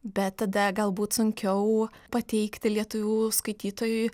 bet tada galbūt sunkiau pateikti lietuvių skaitytojui